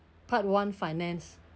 part one finance